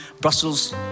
Brussels